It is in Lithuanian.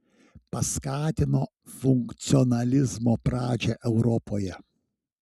paskatino funkcionalizmo pradžią europoje